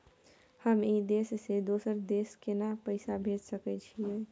हम ई देश से दोसर देश केना पैसा भेज सके छिए?